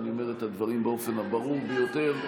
ואני אומר את הדברים באופן הברור ביותר,